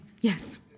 yes